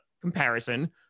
comparison